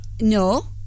No